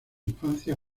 infancia